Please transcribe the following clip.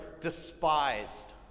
despised